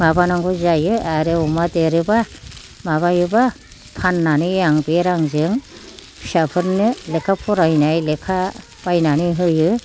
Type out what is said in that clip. माबानांगौ जायो आरो अमा देरोब्ला माबायोब्ला फाननानै आं बे रांजों फिसाफोरनो लेखा फरायनाय लेखा बायनानै होयो